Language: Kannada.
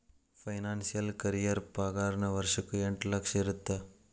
ಫೈನಾನ್ಸಿಯಲ್ ಕರಿಯೇರ್ ಪಾಗಾರನ ವರ್ಷಕ್ಕ ಎಂಟ್ ಲಕ್ಷ ಇರತ್ತ